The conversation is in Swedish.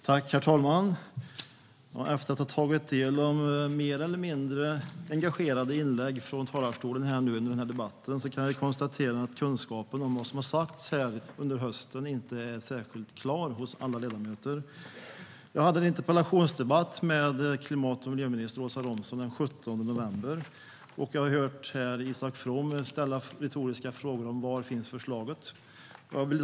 Herr talman! Efter att ha tagit del av mer eller mindre engagerade inlägg från talarstolen under den här debatten kan jag konstatera att kunskapen om vad som sagts här under hösten inte är särskilt klar hos alla ledamöter. Jag har hört Isak From ställa retoriska frågor om var förslaget finns.